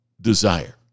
desire